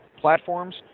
platforms